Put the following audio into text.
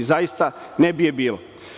Zaista ne bi je bilo.